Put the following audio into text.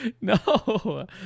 No